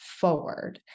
forward